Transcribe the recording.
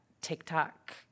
TikTok